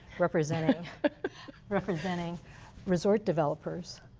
representing representing resort developers.